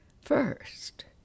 First